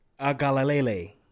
Agalalele